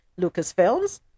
Lucasfilms